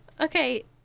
okay